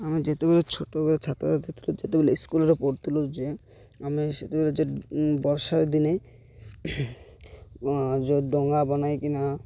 ଆମେ ଯେତେବେଳେ ଛୋଟବେଳେ ଛାତ୍ରଛାତ୍ରୀ ଥିଲୁ ଯେତେବେଳେ ସ୍କୁଲ୍ରେ ପଢ଼ୁଥିଲୁ ଯେ ଆମେ ସେତେବେଳେ ଯେ ବର୍ଷା ଦିନେ ଯେଉଁ ଡଙ୍ଗା ବନାଇକିନା